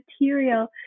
material